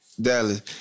Dallas